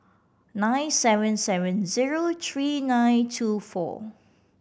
nine seven seven zero three nine two four